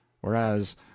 whereas